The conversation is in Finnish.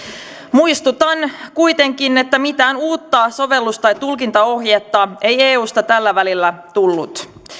muistutan kuitenkin että mitään uutta sovellus tai tulkintaohjetta ei eusta tällä välillä tullut